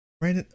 right